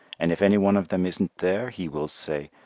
and if any one of them isn't there he will say,